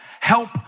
Help